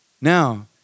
Now